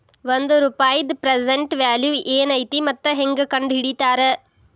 ಒಂದ ರೂಪಾಯಿದ್ present value ಏನೈತಿ ಮತ್ತ ಹೆಂಗ ಕಂಡಹಿಡಿತಾರಾ